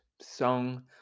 song